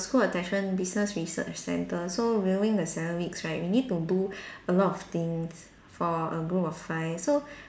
school attention business research centre so during the seven weeks right we need to do a lot of things for a group of five so